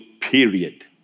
period